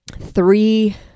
three